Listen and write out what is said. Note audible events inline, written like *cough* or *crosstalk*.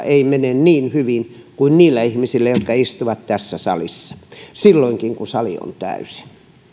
*unintelligible* ei mene niin hyvin kuin niillä ihmisillä jotka istuvat tässä salissa silloinkin kun sali on täysi